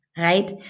right